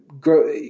grow